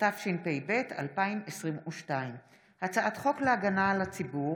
התשפ"ב 2022, הצעת חוק להגנה על הציבור